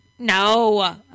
No